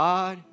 God